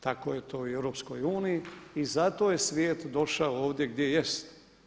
Tako je to i u EU i zato je svijet došao ovdje gdje jest.